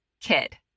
kid